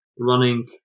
running